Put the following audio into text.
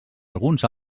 alguns